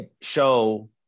show